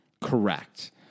Correct